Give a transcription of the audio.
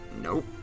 nope